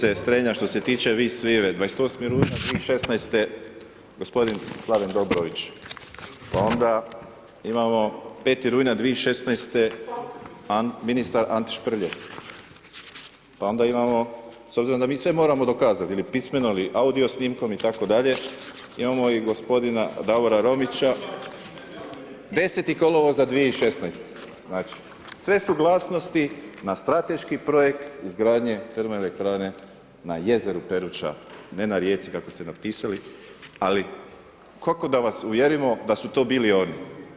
Kolegice Strenja što se tiče … 28. rujna 2016. gospodin Mladen Dobrović, pa onda imamo 5. rujna 2016. ministar Ante Šprlje, pa onda imamo, s obzirom da mi moramo sve dokazat ili pismeno ili audio snimkom itd. imamo i gospodina Davora Romića, 10. kolovoza 2016. znači sve suglasnosti na strateški projekt izgradnje termoelektrane na jezeru Peruća, ne na rijeci kako ste napisali, ali kako da vas uvjerimo da su to bili oni?